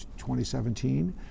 2017